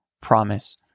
promise